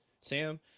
Sam